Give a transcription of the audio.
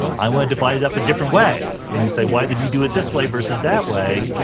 i want to divide it up a different way. and you say, why did you do it this way versus that way?